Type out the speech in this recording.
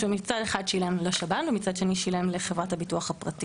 שמצד אחד הוא שילם לשב"ן ומצד שני שילם לחברת הביטוח הפרטית.